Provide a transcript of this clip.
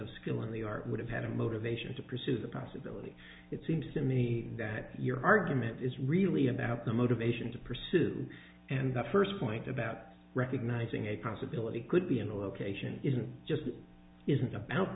of skill in the art would have had a motivation to pursue the possibility it seems to me that your argument is really about the motivation to pursue and the first point about recognizing a possibility could be in a location isn't just isn't about